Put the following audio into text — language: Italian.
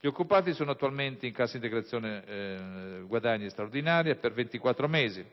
Gli occupati sono attualmente in cassa integrazione guadagni straordinaria per 24 mesi,